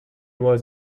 was